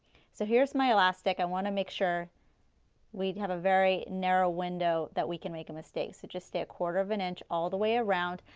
so here's my elastic, i want to make sure we have a very narrow window that we can make a mistake. so just stay a quarter of an inch all the way around.